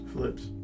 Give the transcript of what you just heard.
Flips